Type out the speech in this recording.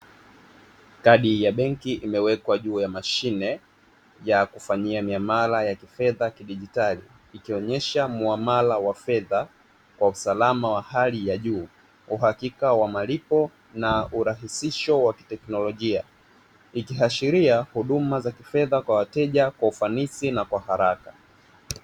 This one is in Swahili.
Kadi ya benki imewekwa juu ya mashine ya kufanyia miamala ya kifedha kidigitali, ikionesha muamala wa fedha kwa usalama wa hali ya juu, uhakika wa malipo na urahisisho wa teknolojia, ikiashiria huduma za kifedha kwa wateja kwa ufanisi na kwa haraka.